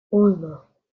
uno